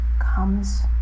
comes